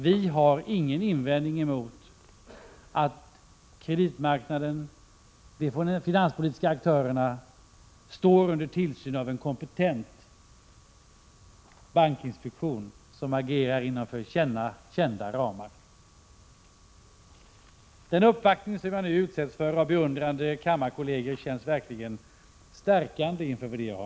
Vi har ingen invändning emot att kreditmarknaden och de finanspolitiska aktörerna står under tillsyn av en kompetent bankinspektion som agerar inom kända ramar.